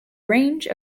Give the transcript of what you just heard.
range